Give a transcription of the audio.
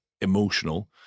emotional